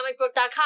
comicbook.com